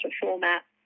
format